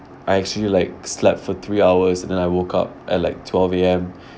I actually like slept for three hours and then I woke up at like twelve A_M